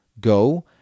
Go